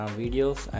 videos